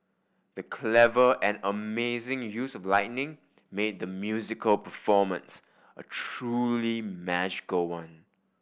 the clever and amazing use of lighting made the musical performance a truly magical one